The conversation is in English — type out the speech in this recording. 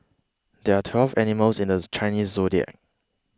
there are twelve animals in this Chinese zodiac